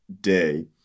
day